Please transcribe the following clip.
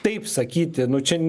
taip sakyti nu čia